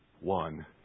one